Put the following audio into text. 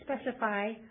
specify